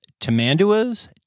tamanduas